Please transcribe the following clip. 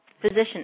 physician